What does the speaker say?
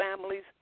families